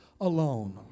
alone